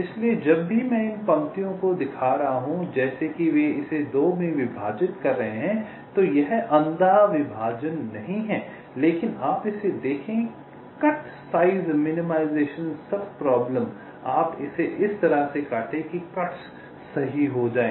इसलिए जब भी मैं इन पंक्तियों को दिखा रहा हूं जैसे कि वे इसे 2 में विभाजित कर रहे हैं तो यह अंधा विभाजन नहीं है लेकिन आप इसे देखें cut size minimization sub problem आप इसे इस तरह से काटें कि कट्स सही हो जाए